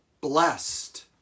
blessed